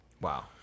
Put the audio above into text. Wow